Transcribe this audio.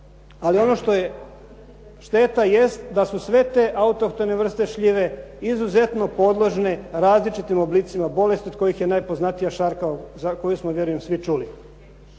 ali ono što je šteta jest da su sve te autohtone vrste šljive izuzetno podložne različitim oblicima bolesti od kojih je najpoznatija šarka za koju smo vjerujem svi čuli.